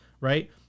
right